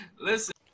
Listen